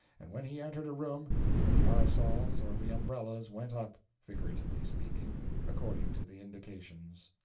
and when he entered a room the parasols or the umbrellas went up figuratively speaking according to the indications.